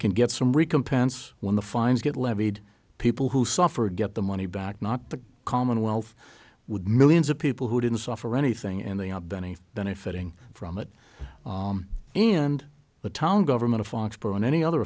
can get some recompense when the fines get levied people who suffered get the money back not the commonwealth would millions of people who didn't suffer anything and they are benny benefiting from it and the town government to foxborough and any other